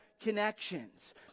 connections